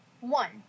One